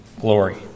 glory